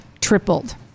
tripled